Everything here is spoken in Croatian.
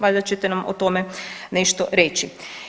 Valjda ćete nam o tome nešto reći.